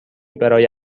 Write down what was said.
برای